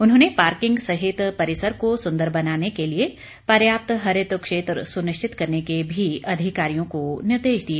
उन्होंने पार्किंग सहित परिसर को सुंदर बनाने के लिए पर्याप्त हरित क्षेत्र सुनिश्चित करने के भी अधिकारियों को निर्देश दिए